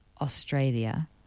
Australia